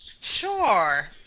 Sure